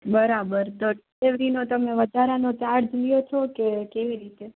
બરાબર તો ડીલીવરીનો તમે વધારાનો ચાર્જ લ્યો છો કે કેવી રીતે